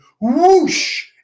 whoosh